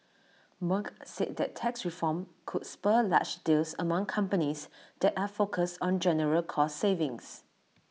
Merck said that tax reform could spur large deals among companies that are focused on general cost savings